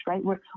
right